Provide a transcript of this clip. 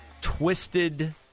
twisted